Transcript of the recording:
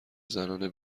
زنانه